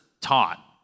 taught